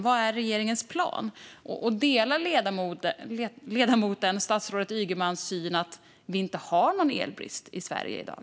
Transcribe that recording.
Vad är regeringens plan? Delar ledamoten statsrådet Ygemans syn att vi inte har någon elbrist i Sverige i dag?